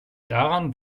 daran